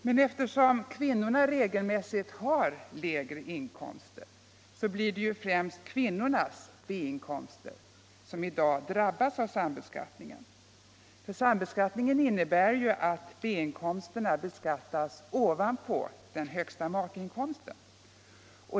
Men eftersom kvinnorna regelmässigt har lägre inkomster blir det ju främst kvinnornas B-inkomster som drabbas av sambeskattningen. Den innebär ju att B-inkomsterna beskattas ovanpå den högsta makeinkomsten.